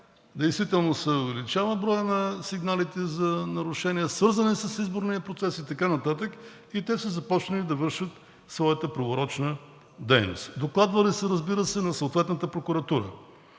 действително се увеличава броят на сигналите за нарушения, свързани с изборния процес и така нататък, те са започнали да извършват своята проверочна дейност. Докладвали са, разбира се, на съответната прокуратура.